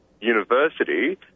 university